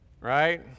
Right